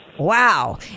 Wow